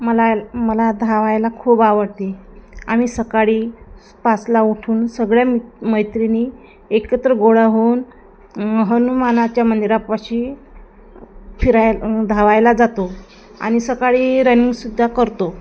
मला मला धावायला खूप आवडते आम्ही सकाळी पाचला उठून सगळ्या मित मैत्रिणी एकत्र गोळा होऊन हनुमानाच्या मंदिरापाशी फिराय धावायला जातो आणि सकाळी रनिंगसुद्धा करतो